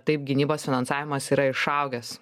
taip gynybos finansavimas yra išaugęs